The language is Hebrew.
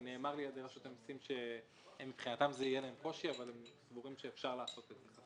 הנושא הראשון בו אנחנו דנים הוא הצעת חוק הפיקוח על שירותים פיננסיים.